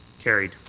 carried.